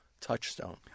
touchstone